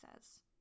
says